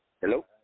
Hello